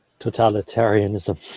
Totalitarianism